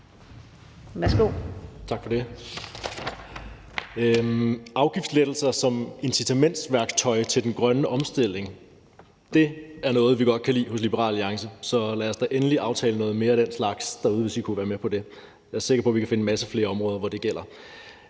Afgiftslettelser som incitamentsværktøj til den grønne omstilling er noget, vi godt kan lide hos Liberal Alliance. Så lad os da endelig aftale noget mere af den slags derude, hvis I kunne være med på det. Jeg er sikker på, vi kunne finde masser af flere områder, hvor det gælder.